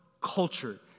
culture